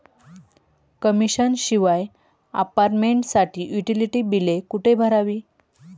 Commission शिवाय अपार्टमेंटसाठी utility बिले कुठे भरायची?